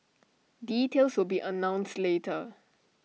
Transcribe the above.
details will be announced later